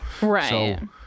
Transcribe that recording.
right